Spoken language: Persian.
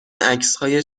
عکسهای